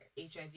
HIV